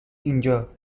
اینجا